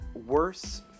worse